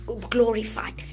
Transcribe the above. glorified